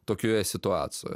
tokioje situacijoje